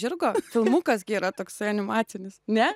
žirgo filmukas yra toksai animacinis ne